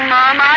Mom